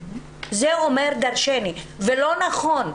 ולא נכון,